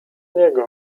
niego